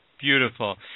Beautiful